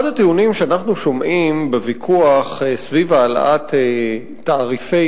אחד הטיעונים שאנחנו שומעים בוויכוח סביב העלאת מחירי